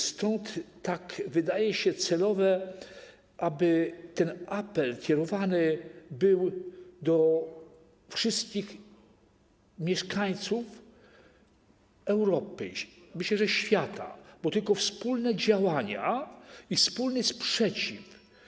Stąd wydaje się celowe, aby ten apel kierowany był do wszystkich mieszkańców Europy, ale i świata, bo tylko wspólne działania i wspólny sprzeciw.